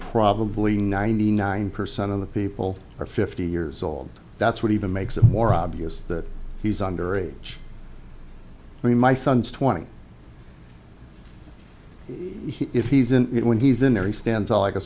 probably ninety nine percent of the people are fifty years old that's what even makes it more obvious that he's under age i mean my son's twenty if he's in it when he's in there he stands out like a